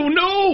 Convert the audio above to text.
no